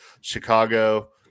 Chicago